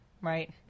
Right